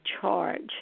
charge